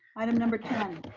item number ten.